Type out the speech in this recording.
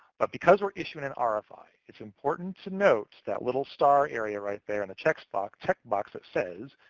but because we're issuing an ah rfi, it's important to note that little star area right there in the check box check box that says,